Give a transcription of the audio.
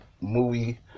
movie